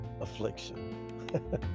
affliction